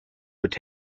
would